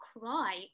cry